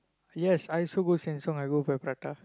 yes I also go Sheng-Siong I go for the prata